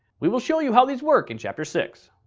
we will show you how these work in chapter six.